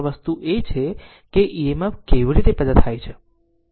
માત્ર વસ્તુ એ છે કે EMF કેવી રીતે પેદા થાય છે